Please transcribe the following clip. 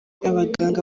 abaganga